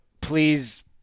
please